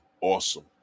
awesome